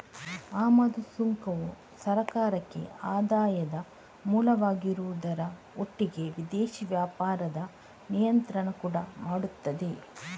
ಆಮದು ಸುಂಕವು ಸರ್ಕಾರಕ್ಕೆ ಆದಾಯದ ಮೂಲವಾಗಿರುವುದರ ಒಟ್ಟಿಗೆ ವಿದೇಶಿ ವ್ಯಾಪಾರದ ನಿಯಂತ್ರಣ ಕೂಡಾ ಮಾಡ್ತದೆ